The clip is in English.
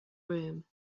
room